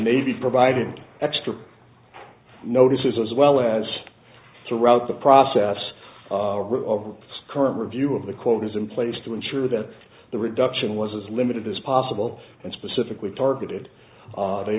navy provided extra notices as well as throughout the process of the current review of the quotas in place to ensure that the reduction was as limited as possible and specifically targeted they